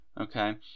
okay